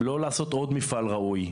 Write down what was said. לא לעשות עוד מפעל ראוי.